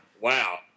wow